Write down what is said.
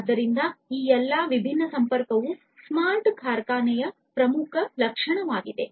ಆದ್ದರಿಂದ ಈ ಎಲ್ಲಾ ವಿಭಿನ್ನ ಸಂಪರ್ಕವು ಸ್ಮಾರ್ಟ್ ಕಾರ್ಖಾನೆಯ ಪ್ರಮುಖ ಲಕ್ಷಣವಾಗಿದೆ